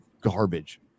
garbage